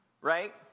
right